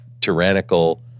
tyrannical